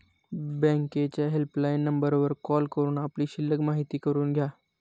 बँकेच्या हेल्पलाईन नंबरवर कॉल करून आपली शिल्लक माहिती करून घ्या